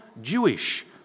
Jewish